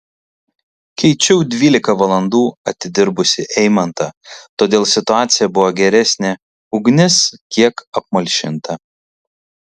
keičiau dvylika valandų atidirbusį eimantą todėl situacija buvo geresnė ugnis kiek apmalšinta